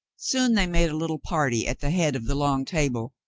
soon they made a little party at the head of the long table,